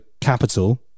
Capital